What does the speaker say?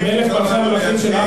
מלך מלכי המלכים של,